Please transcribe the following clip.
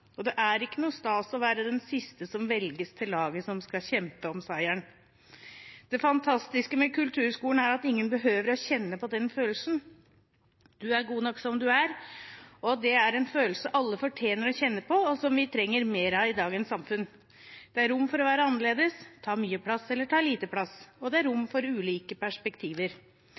Det er ikke noe stas å være den siste som velges til laget som skal kjempe om seieren. Det fantastiske med kulturskolen er at ingen behøver å kjenne på den følelsen, en er god nok som man er. Det er en følelse alle fortjener å kjenne på, og som vi trenger mer av i dagens samfunn. Det er rom for å være annerledes, ta mye plass eller ta lite plass, og det er rom for ulike perspektiver.